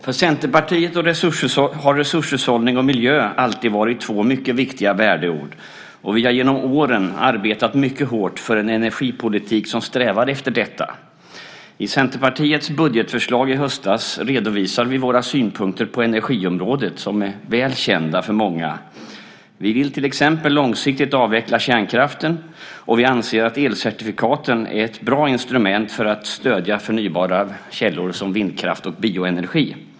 För Centerpartiet har resurshushållning och miljö alltid varit två mycket viktiga värdeord. Vi har genom åren arbetat mycket hårt för en energipolitik som strävar efter detta. I Centerpartiets budgetförslag i höstas redovisar vi våra synpunkter på energiområdet, som är väl kända för många. Vi vill till exempel långsiktigt avveckla kärnkraften. Vi anser att elcertifikaten är ett bra instrument för att stödja förnybara källor som vindkraft och bioenergi.